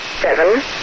Seven